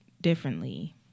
differently